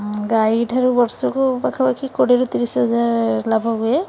ଗାଈଠାରୁ ବର୍ଷକୁ ପାଖାପାଖି କୋଡ଼ିଏରୁ ତିରିଶ ହଜାର ଲାଭ ହୁଏ